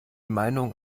meinung